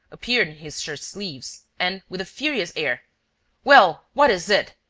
appeared in his shirt-sleeves and, with a furious air well, what is it?